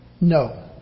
No